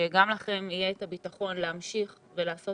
שגם לכם יהיה את הביטחון להמשיך ולעשות